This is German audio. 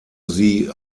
sie